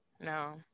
No